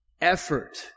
effort